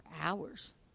hours